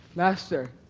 master,